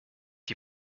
die